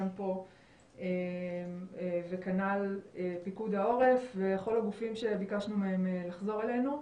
פה וכנ"ל יפקוד העורף וכל הגופים שביקשנו מהם לחזור אלינו.